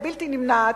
הבלתי-נמנעת,